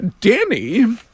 Danny